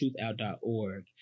truthout.org